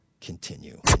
continue